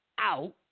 out